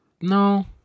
no